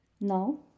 Now